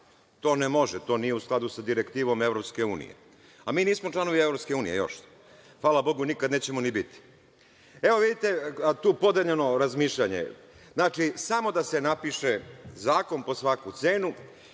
to ne može, to nije u skladu sa direktivom EU. Mi nismo članovi EU još i, hvala Bogu, nikad nećemo ni biti. Evo, vidite tu podeljeno razmišljanje. Znači, samo da se napiše zakon po svaku cenu.